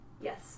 Yes